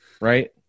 Right